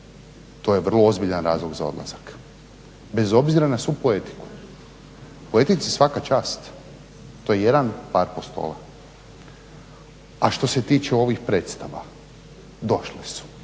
To je vrlo ozbiljan razlog za odlazak bez obzira na svu poetiku, poetici svaka čast, to je jedan od apostola. A što se tiče ovih predstava, došle su,